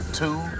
two